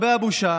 אדוני היושב-ראש,